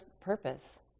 purpose